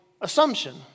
assumption